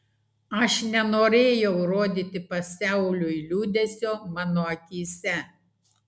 aš nenorėjau rodyti pasauliui liūdesio mano akyse